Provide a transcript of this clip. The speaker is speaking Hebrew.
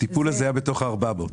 הטיפול הזה היה בתוך ה-400.